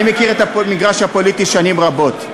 אני מכיר את המגרש הפוליטי שנים רבות.